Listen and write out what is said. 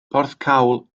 porthcawl